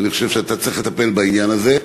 ואני חושב שאתה צריך לטפל בעניין הזה.